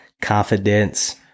confidence